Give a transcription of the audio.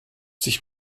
sich